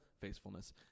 faithfulness